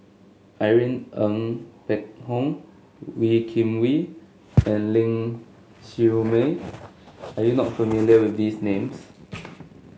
Irene Ng Phek Hoong Wee Kim Wee and Ling Siew May are you not familiar with these names